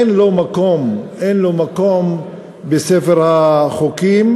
שאין לו מקום בספר החוקים.